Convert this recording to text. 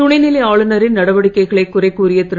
துணைநிலை ஆளுனரின் நடவடிக்கைகளை குறைகூறிய திரு